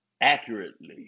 accurately